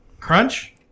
Crunch